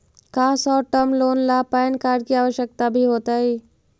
का short term loan ला pan card की आवश्यकता भी होतइ